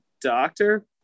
doctor